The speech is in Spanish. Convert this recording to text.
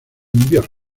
invierno